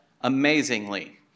amazingly